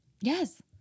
Yes